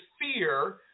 fear